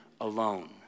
alone